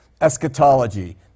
eschatology